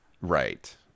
right